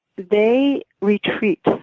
they retreat,